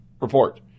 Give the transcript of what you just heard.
Report